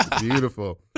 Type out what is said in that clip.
beautiful